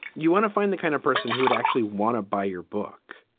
you want to find the kind of person who would actually want to buy your book.